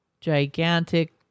gigantic